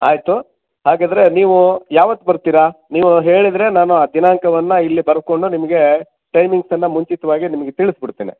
ಆಯಿತು ಹಾಗಾದರೆ ನೀವು ಯಾವತ್ತು ಬರ್ತೀರಾ ನೀವು ಹೇಳಿದ್ರೆ ನಾನು ಆ ದಿನಾಂಕವನ್ನು ಇಲ್ಲಿ ಬರ್ಕೊಂಡು ನಿಮಗೆ ಟೈಮಿಂಗ್ಸನ್ನು ಮುಂಚಿತವಾಗಿ ನಿಮಗೆ ತಿಳಿಸಿಬಿಡ್ತೇನೆ